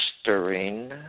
stirring